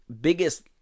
biggest